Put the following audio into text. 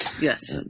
Yes